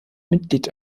mitglied